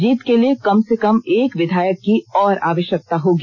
जीत के लिए कम से कम एक विधायक की और आवष्यक्ता होगी